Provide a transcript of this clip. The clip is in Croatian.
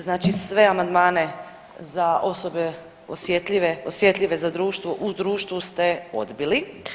Znači sve amandmane za osobe osjetljive za društvo, u društvu ste odbili.